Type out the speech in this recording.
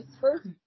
First